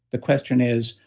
the question is,